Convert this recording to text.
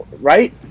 right